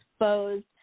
exposed